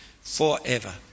forever